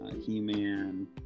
He-Man